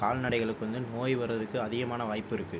கால்நடைகளுக்கு வந்து நோய் வரதுக்கு வந்து அதிகமான வாய்ப்பு இருக்குது